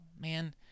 man